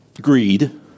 greed